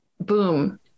boom